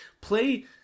play